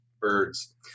birds